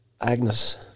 Agnes